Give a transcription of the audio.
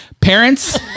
parents